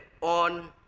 on